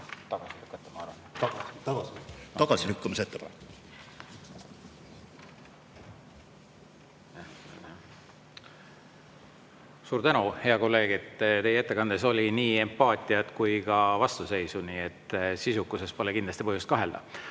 Suur tänu, hea kolleeg, et teie ettekandes oli nii empaatiat kui ka vastuseisu, nii et sisukuses pole kindlasti põhjust kahelda.